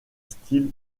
style